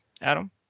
Adam